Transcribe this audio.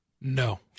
No